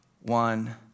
one